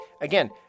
Again